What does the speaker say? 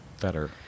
better